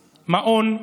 מעון,